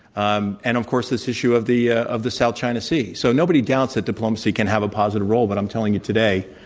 and, of course, this issue of the ah of the south china sea. so nobody doubts that diplomacy can have a positive role. but i'm telling you today,